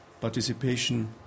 participation